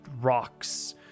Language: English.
rocks